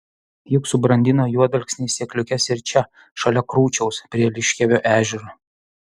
juk subrandino juodalksniai sėkliukes ir čia šalia krūčiaus prie liškiavio ežero